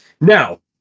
now